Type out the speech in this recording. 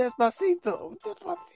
Despacito